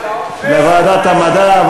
המדע.